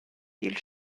dil